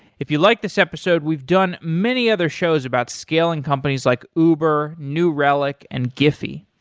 if you like this episode we've done many other shows about scaling companies like uber, new relic and giphy.